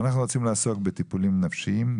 אנחנו רוצים לעסוק בטיפולים נפשיים,